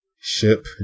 Ship